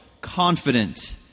confident